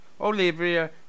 Olivia